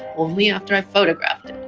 only after i've photographed